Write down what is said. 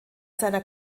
seiner